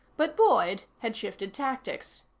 but boyd had shifted tactics.